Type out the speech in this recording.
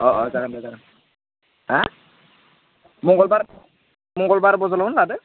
अ अ जागोन दे जागोन हा मंगलबार मंगलबार बाजारावनो लादो